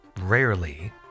rarely